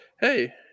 hey